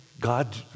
God